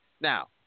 Now